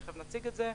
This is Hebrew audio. ותיכף נציג את זה.